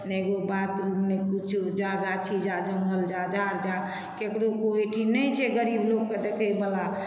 नहि एगो बाथरूम नहि किछु जा जा गाछी जा जङ्गल जा झाड़ जा ककरो कोइ नहि छै गरीब लोकके देखयवला